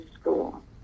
school